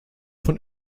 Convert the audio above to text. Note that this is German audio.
von